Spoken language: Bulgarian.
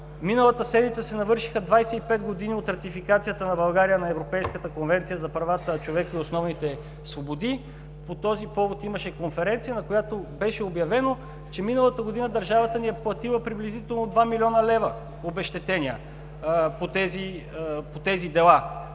Миналата седмица се навършиха 25 години от ратификацията на България на Европейската конвенция за правата на човека и основните свободи. По този повод имаше конференция, на която беше обявено, че миналата година държавата ни е платила приблизително два милиона лева обезщетения по тези дела.